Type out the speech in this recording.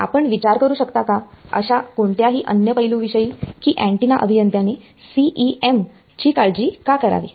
आपण विचार करू शकता का अशा कोणत्याही अन्य पैलू विषयी की अँटीना अभियंत्याने CEM ची काळजी का करावी